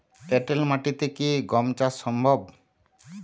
এঁটেল মাটিতে কি গম চাষ সম্ভব?